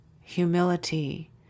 humility